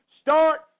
start